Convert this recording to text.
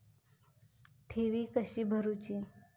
ठेवी कशी भरूची?